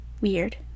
weird